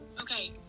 okay